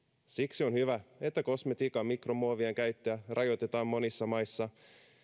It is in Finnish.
siksi on hyvä että kosmetiikan mikromuovien käyttöä rajoitetaan monissa maissa